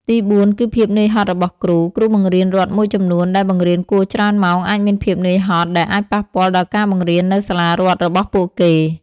ទីបួន គឺភាពនឿយហត់របស់គ្រូ គ្រូបង្រៀនរដ្ឋមួយចំនួនដែលបង្រៀនគួរច្រើនម៉ោង អាចមានភាពនឿយហត់ ដែលអាចប៉ះពាល់ដល់ការបង្រៀននៅសាលារដ្ឋរបស់ពួកគេ។